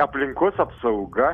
aplinkos apsauga